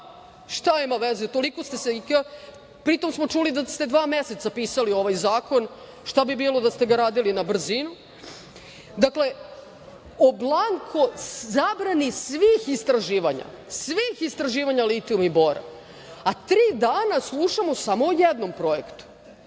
šta ima veze, toliko ste se … Pritom smo čuli da ste dva meseca pisali ovaj zakon, šta bi bilo da ste ga radili na brzinu. Dakle, o blanko zabrani svih istraživanja. Svih istraživanja litijuma i bora, a tri dana slušamo samo o jednom projektu.